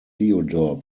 theodore